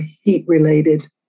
heat-related